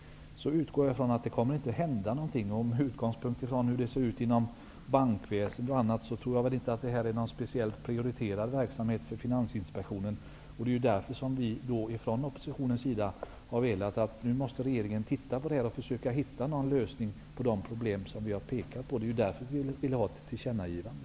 Jag utgår från att det inte kommer att hända någonting. Med tanke på hur det ser ut inom bankväsendet tror jag inte att detta är en särskilt prioriterad verksamhet för Finansinspektionen. Det är därför som vi från oppositionens sida har velat att regeringen tittar på detta och försöker hitta en lösning på de problem som vi har påpekat. Det är därför som vi vill göra ett tillkännagivande.